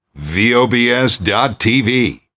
VOBS.TV